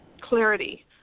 clarity